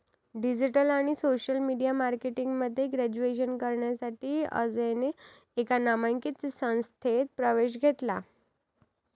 digital आणि social media marketing मध्ये graduation करण्यासाठी अजयने एका नामांकित संस्थेत प्रवेश घेतला